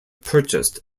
purchased